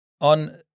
on